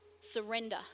surrender